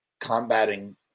combating